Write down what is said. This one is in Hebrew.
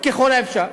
ככל האפשר.